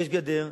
יש גדר,